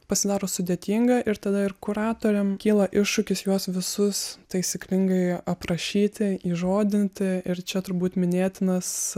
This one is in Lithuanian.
pasidaro sudėtinga ir tada ir kuratoriam kyla iššūkis juos visus taisyklingai aprašyti įžodinti ir čia turbūt minėtinas